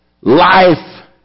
Life